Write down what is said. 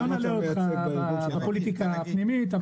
לא נלאה אותך בפוליטיקה הפנימית.